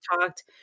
talked